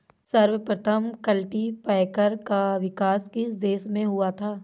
सर्वप्रथम कल्टीपैकर का विकास किस देश में हुआ था?